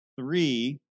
three